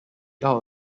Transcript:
out